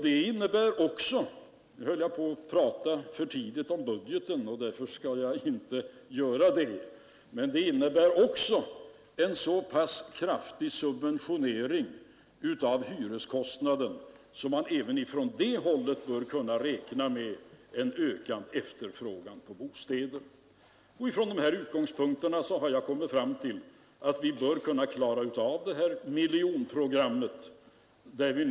Detta innebär också — nu höll jag på att prata för tidigt om budgeten — en så pass kraftig subventionering utav hyreskostnaderna att man även från det hållet bör kunna räkna med en ökad efterfrågan på bostäder. Från dessa utgångspunkter har jag kommit fram till att vi bör kunna klara av detta miljonprogram på tio år.